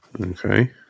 Okay